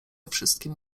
wszystkim